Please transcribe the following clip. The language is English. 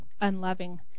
unloving